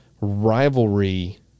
rivalry –